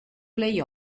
play